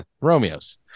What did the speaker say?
Romeos